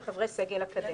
שהם חברי סגל אקדמי.